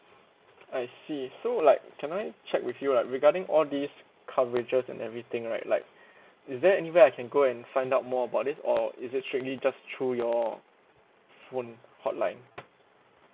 I see so like can I check with you like regarding all these coverages and everything right like is there anywhere I can go and find out more about this or is it strictly just through your phone hotline